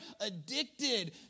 addicted